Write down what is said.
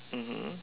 mmhmm